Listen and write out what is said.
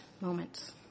moments